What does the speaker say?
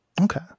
Okay